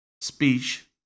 speech